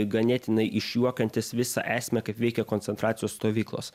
ganėtinai išjuokiantis visą esmę kaip veikia koncentracijos stovyklos